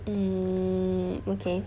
mm okay